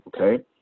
okay